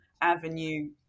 avenue